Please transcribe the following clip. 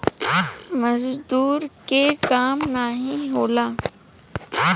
मजदूर के काम नाही होला